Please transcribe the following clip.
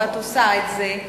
ואת עושה את זה.